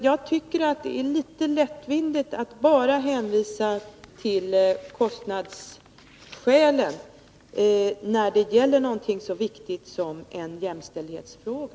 Jag tycker att det är litet lättvindigt att bara hänvisa till kostnadsskälen när det gäller någonting så viktigt som en jämställdhetsfråga.